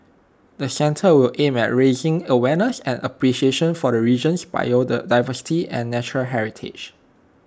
the centre will aim at raising awareness and appreciation for the region's biodiversity and natural heritage